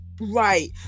Right